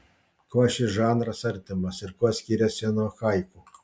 kuo šis žanras artimas ir kuo skiriasi nuo haiku